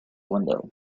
window